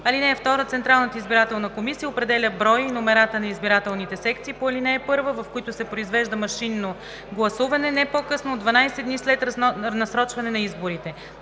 (2) Централната избирателна комисия определя броя и номерата на избирателните секции по ал. 1, в които се произвежда машинно гласуване, не по-късно от 12 дни след насрочване на изборите.